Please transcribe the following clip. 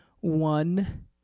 one